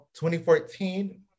2014